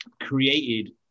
created